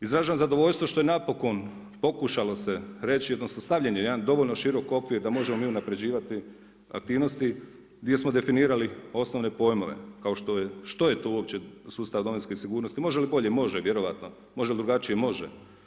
Izražavam zadovoljstvo što je napokon pokušalo se reći, odnosno, stavljen je jedan dovoljno širok okvir da možemo mi unaprjeđivati aktivnosti, gdje smo definirali osnovne pojmove, što je to uopće sustav domovinske sigurnosti, može li bolje, može vjerojatno, može drugačije, može.